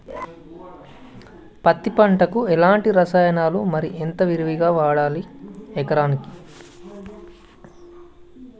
పత్తి పంటకు ఎలాంటి రసాయనాలు మరి ఎంత విరివిగా వాడాలి ఎకరాకి?